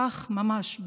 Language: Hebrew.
כך ממש,